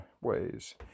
ways